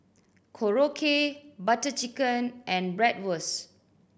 Korokke Butter Chicken and Bratwurst